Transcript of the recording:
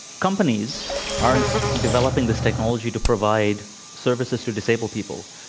companies aren't developing this technology to provide services to disabled people.